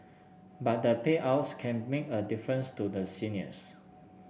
but the payouts can make a difference to the seniors